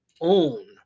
own